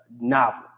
novel